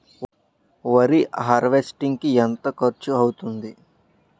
వరి హార్వెస్టింగ్ కి ఎంత ఖర్చు అవుతుంది?